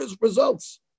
results